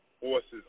forces